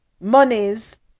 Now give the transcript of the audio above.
monies